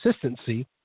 consistency